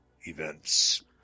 events